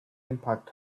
impact